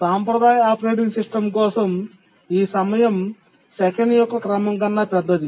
సాంప్రదాయ operating system కోసం ఈ సమయం సెకను యొక్క క్రమం కన్న పెద్దది